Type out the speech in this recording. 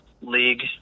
league